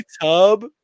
Tub